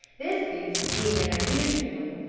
this feast, being an unusual one,